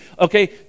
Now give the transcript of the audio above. okay